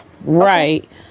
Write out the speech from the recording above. right